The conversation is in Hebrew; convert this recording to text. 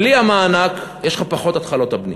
בלי המענק יש לך פחות התחלות בנייה,